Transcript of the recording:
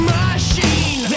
machine